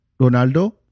Ronaldo